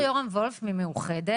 ד"ר יהורם וולף מקופת חולים מאוחדת.